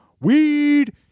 weed